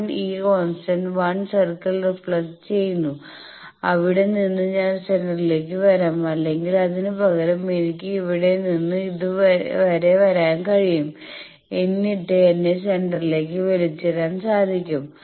1 ഈ constant 1 circle reflect ചെയ്യുന്നു അവിടെ നിന്ന് ഞാൻ സെന്റർലേക്ക് വരാം അല്ലെങ്കിൽ അതിനുപകരം എനിക്ക് ഇവിടെ നിന്ന് ഇത് വരെ വരാൻ കഴിയും എന്നിട്ട് എന്നെ സെന്റർലേക്ക് വലിച്ചിടാൻ സാധിക്കും